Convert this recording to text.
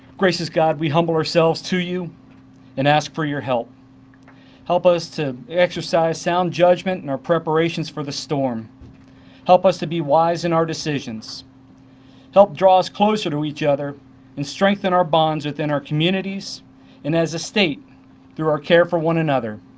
grace is god we humble ourselves to you and ask for your help help us to exercise sound judgment and our preparations for the storm help us to be wise in our decisions help draw us closer to each other and strengthen our bonds within our communities and as a state through our care for one another